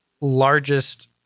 largest